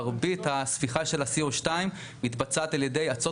מרבית הספיחה של ה-CO2 מתבצעת על ידי אצות